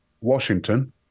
Washington